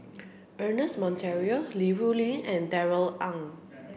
Ernest Monteiro Li Rulin and Darrell Ang